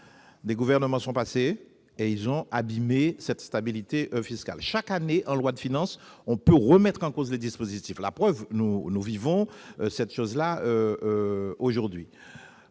Des gouvernements sont passés et ont abîmé cette stabilité fiscale. Chaque année, en loi de finances, on peut remettre en cause les dispositifs. La preuve, nous le vivons encore cette année.